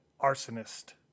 Arsonist